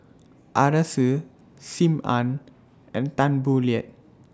Arasu SIM Ann and Tan Boo Liat